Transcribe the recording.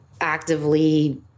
actively